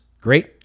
great